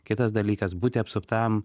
kitas dalykas būti apsuptam